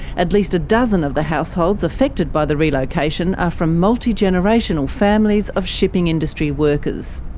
at least a dozen of the households affected by the relocation are from multi-generational families of shipping industry workers.